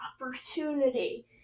opportunity